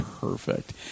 perfect